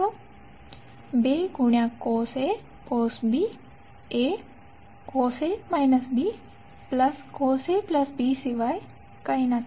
2 ગુણ્યા CosA Cos B એ Cos A B સિવાય કંઈ નથી